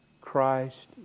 Christ